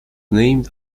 named